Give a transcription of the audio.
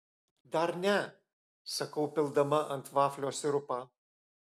dar ne sakau pildama ant vaflio sirupą